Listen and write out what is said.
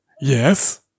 Yes